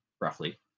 roughly